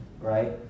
right